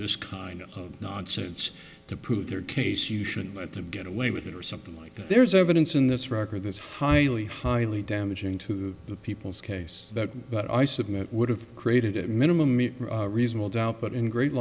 this kind of nonsense to prove their case you shouldn't let them get away with it or something like that there's evidence in this record is highly highly damaging to the people's case but i submit it would have created at minimum a reasonable doubt but in great